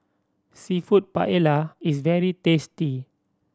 Seafood Paella is very tasty